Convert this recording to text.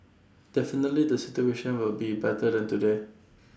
definitely the situation will be better than today